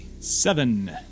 Seven